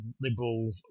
liberal